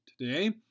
today